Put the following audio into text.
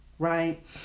Right